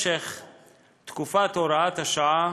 בתקופת הוראת השעה